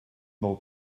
del